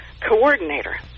Coordinator